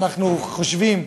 אנחנו חושבים,